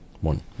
One